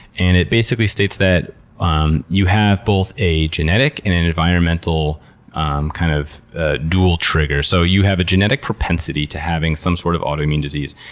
and it basically states that um you have both a genetic and an environmental um kind of ah dual trigger. so, you have a genetic propensity to having some sort of autoimmune disease.